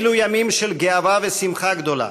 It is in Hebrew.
אלו ימים של גאווה ושמחה גדולה,